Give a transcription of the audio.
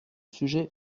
sujet